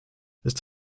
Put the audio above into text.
ist